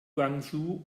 guangzhou